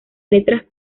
letras